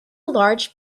large